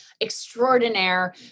extraordinaire